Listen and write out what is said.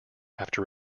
after